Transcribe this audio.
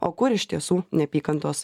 o kur iš tiesų neapykantos